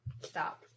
Stop